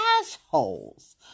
assholes